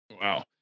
wow